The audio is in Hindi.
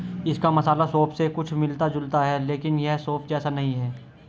इसका मसाला सौंफ से कुछ मिलता जुलता है लेकिन यह सौंफ जैसा नहीं है